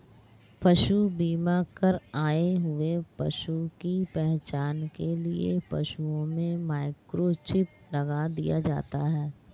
पशु बीमा कर आए हुए पशु की पहचान के लिए पशुओं में माइक्रोचिप लगा दिया जाता है